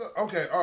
okay